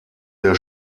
der